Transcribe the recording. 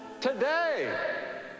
Today